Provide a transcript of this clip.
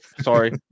sorry